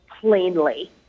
plainly